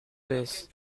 baisse